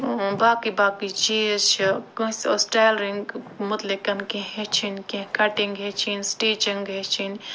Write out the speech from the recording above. باقٕے باقٕے چیٖز چھِ کٲنٛسہِ اوس ٹیلرِنٛگ مُتعلِق کیٚنٛہہ ہیٚچھِنۍ کیٚنٛہہ کٹنٛگ ہیٚچھِنۍ سِٹیٖچنٛگ ہیٚچھِنۍ